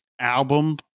album